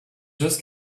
just